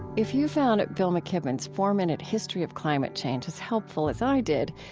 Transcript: if you found that bill mckibben's four-minute history of climate change as helpful as i did,